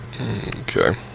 Okay